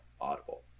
audible